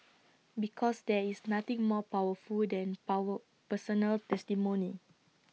because there is nothing more powerful than power personal testimony